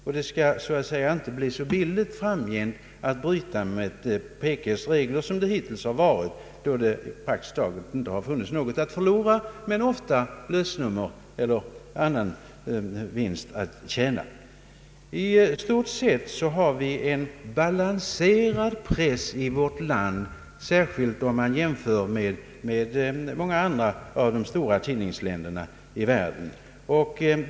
Det skall framgent så att säga inte bli så billigt att bryta mot PK:s regler som det hittills har varit då det praktiskt taget inte funnits något att förlora men ofta lösnummerförsäljning eller annan vinst att tjäna. I stort sett har vi en balanserad press i vårt land, särskilt om man jämför med många andra av de stora tidningsländerna i världen.